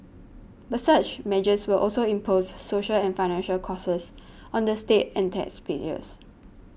but such measures will also impose social and financial costs on the state and taxpayers